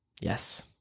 Yes